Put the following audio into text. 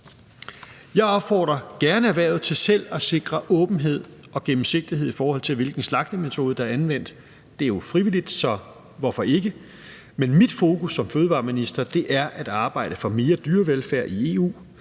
Jeg opfordrer gerne erhvervet til selv at sikre åbenhed og gennemsigtighed, i forhold til hvilken slagtemetode der er anvendt. Det er jo frivilligt, så hvorfor ikke? Men mit fokus som fødevareminister er at arbejde for mere dyrevelfærd i EU.